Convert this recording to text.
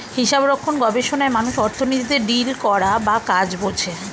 হিসাবরক্ষণ গবেষণায় মানুষ অর্থনীতিতে ডিল করা বা কাজ বোঝে